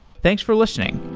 thanks for listening